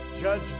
Judge